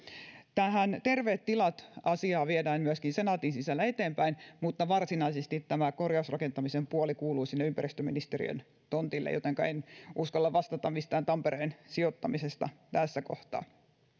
tätä terveet tilat asiaa viedään myöskin senaatin sisällä eteenpäin mutta varsinaisesti tämä korjausrakentamisen puoli kuuluu sinne ympäristöministeriön tontille jotenka en uskalla vastata mistään tampereen sijoittamisesta tässä kohtaa